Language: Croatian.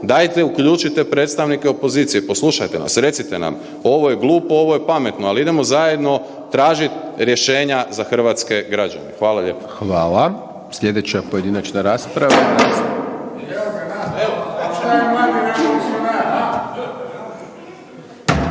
dajte uključite predstavnike opozicije, poslušajte nas, recite nam, ovo je glupo, ovo je pametno, ali idemo zajedno tražiti rješenja za hrvatske građane. Hvala lijepo. **Hajdaš Dončić, Siniša